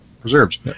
preserves